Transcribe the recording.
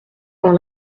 dans